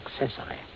accessory